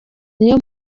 niyo